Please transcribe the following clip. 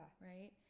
Right